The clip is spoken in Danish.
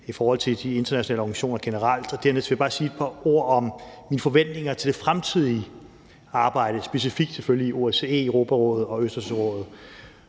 i forhold til de internationale organisationer generelt, og dernæst vil jeg bare sige et par ord om mine forventninger til det fremtidige arbejde, specifikt selvfølgelig i OSCE, Europarådet og Østersørådet.